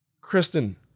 Kristen